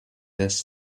this